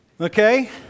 okay